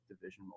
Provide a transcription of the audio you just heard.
division